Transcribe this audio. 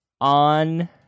on